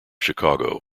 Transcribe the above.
chicago